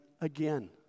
again